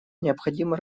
необходимо